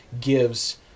gives